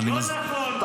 לא נכון.